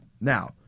Now